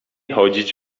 chodzić